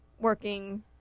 working